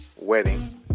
wedding